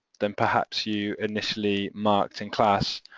than perhaps you initially marked in class,